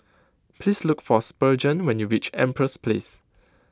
please look for Spurgeon when you reach Empress Place